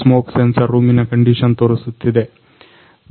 smoke sensor ರೂಮಿನ condition ತೋರಿಸುತ್ತದೆ